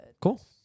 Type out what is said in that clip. Cool